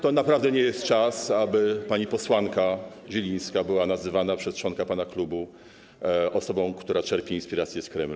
To naprawdę nie jest czas, aby pani posłanka Zielińska była nazywana przez członka pana klubu osobą, która czerpie inspiracje z Kremla.